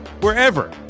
wherever